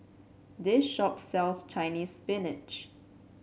this shop sells Chinese Spinach